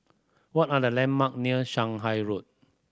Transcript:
what are the landmark near Shanghai Road